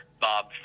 Bob